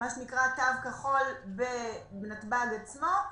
תו כחול בנתב"ג עצמו,